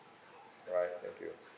all right thank you